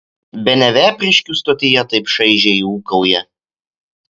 bene vepriškių stotyje taip šaižiai ūkauja